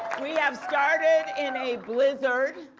we have started in a blizzard